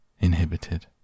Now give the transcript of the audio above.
Inhibited